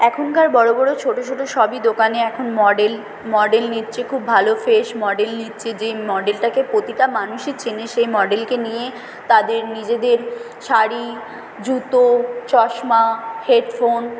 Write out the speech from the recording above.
এখনকার বড় বড় ছোটো ছোটো সবই দোকানে এখন মডেল মডেল নিচ্ছে খুব ভালো ফেস মডেল নিচ্ছে যেই মডেলটাকে প্রতিটা মানুষই চেনে সেই মডেলকে নিয়ে তাদের নিজেদের শাড়ি জুতো চশমা হেডফোন